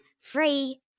Free